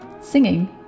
singing